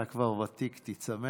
אינו נוכח מכלוף מיקי זוהר,